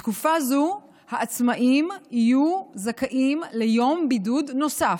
בתקופה זו העצמאים יהיו זכאים ליום בידוד נוסף,